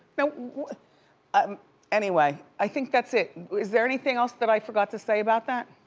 you know um anyway, i think that's it. is there anything else that i forgot to say about that?